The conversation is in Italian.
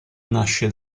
nasce